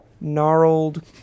gnarled